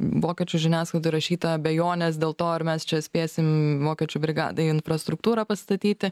vokiečių žiniasklaidoj rašyta abejonės dėl to ar mes čia spėsim vokiečių brigadai infrastruktūrą pastatyti